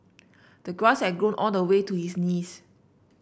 the grass had grown all the way to his knees